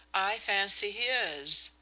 i fancy he is.